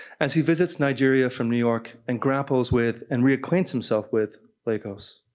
as he visits nigeria from new york and grapples with and reacquaints himself with lagos.